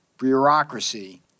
bureaucracy